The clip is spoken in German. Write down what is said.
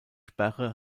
sperre